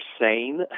sane